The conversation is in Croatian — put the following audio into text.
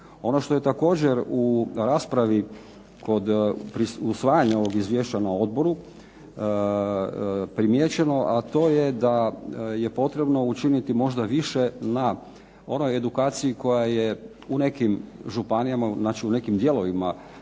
Ono što je također u raspravi kod usvajanja ovog izvješća na odboru primijećeno, a to je da je potrebno učiniti možda više na onoj edukaciji koja je u nekim županijama, znači u nekim dijelovima